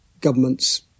governments